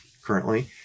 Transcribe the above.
currently